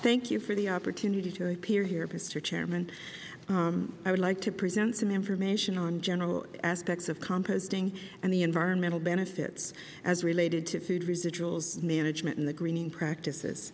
thank you for the opportunity to appear here mister chairman i would like to present some information on general aspects of composting and the environmental benefits as related to food residuals management and the greening practices